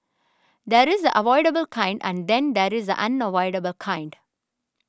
there is the avoidable kind and then there is the unavoidable kind